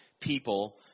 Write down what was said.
people